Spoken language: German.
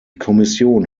kommission